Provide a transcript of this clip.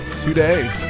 today